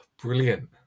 brilliant